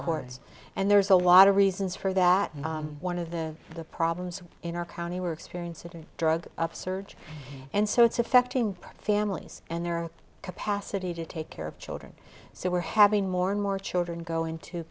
chords and there's a lot of reasons for that one of the the problems in our county were experiencing drug upsurge and so it's affecting families and their capacity to take care of children so we're having more and more children go into